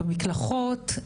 במקלחות,